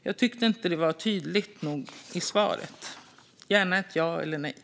Jag tyckte inte att det var tydligt nog i svaret - gärna ett ja eller ett nej.